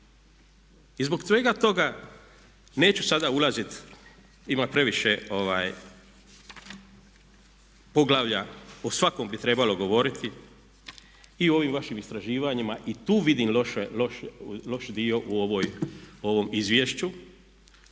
I zbog svega toga neću sada ulaziti jer ima previše poglavlja a o svakom bi trebalo govoriti i o ovim vašim istraživanjima, i tu vidim loš dio u ovom izvješću